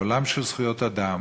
בעולם של זכויות אדם,